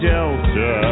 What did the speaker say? Delta